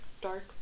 dark